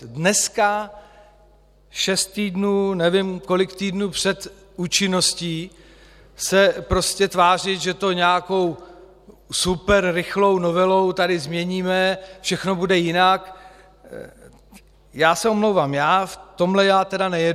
Dneska, šest nebo nevím kolik týdnů před účinností, se prostě tvářit, že to nějakou superrychlou novelou tady změníme, všechno bude jinak já se omlouvám, v tomhle já tedy nejedu.